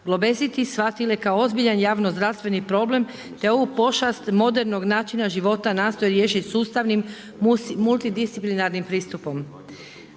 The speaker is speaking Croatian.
Globesiti shvatile kao ozbiljan javno zdravstveni problem te ovu pošast modernog načina života nastoje riješiti sustavnim multidisciplinarnim pristupom.